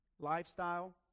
Lifestyle